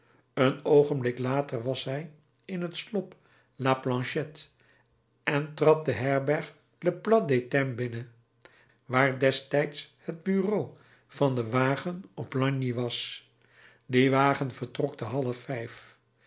een oogenblik later was hij in het slop la planchette en trad de herberg le plat d'étain binnen waar destijds het bureau van den wagen op lagny was die wagen vertrok te half vijf